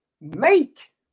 make